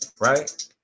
Right